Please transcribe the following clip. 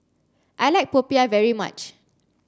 I like Popiah very much